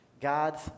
God's